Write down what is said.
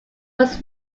was